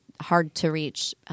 hard-to-reach